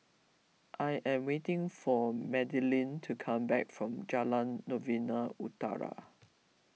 I am waiting for Madilynn to come back from Jalan Novena Utara